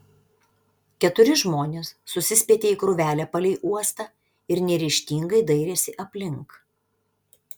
keturi žmonės susispietė į krūvelę palei uostą ir neryžtingai dairėsi aplink